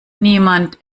niemand